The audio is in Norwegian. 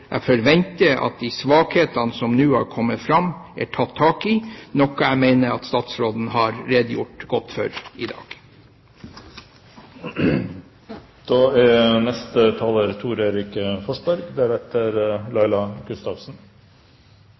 jeg fordi jeg forventer at de svakhetene som nå har kommet fram, er tatt tak i, noe jeg mener at statsråden har redegjort godt for i dag. Nav-reformen er